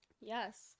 Yes